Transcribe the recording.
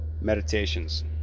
meditations